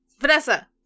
Vanessa